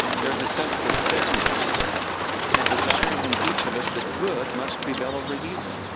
there is a sense of fairness and desire in each of us that good must prevail over evil,